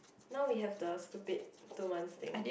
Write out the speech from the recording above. now we have the stupid two months thing